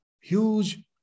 huge